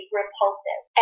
repulsive